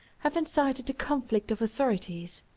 have incited a conflict of authorities.